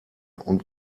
und